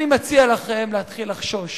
אני מציע לכם להתחיל לחשוש.